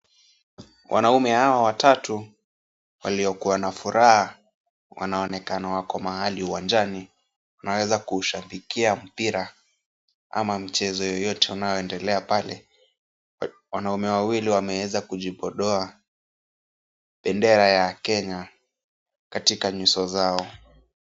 Wanaume hawa watatu waliokuwa na furaha wanaonekana wako mahali uwanjani wanaeza kushabikia mpira ama mchezo yoyote unaoendelea pale .Wanaume wawili wameweza kujipodoa ,bendera ya Kenya katika nyuso zao .